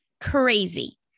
Crazy